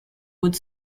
would